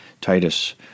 Titus